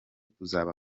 kuzaba